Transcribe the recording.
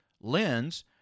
lens